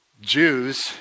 Jews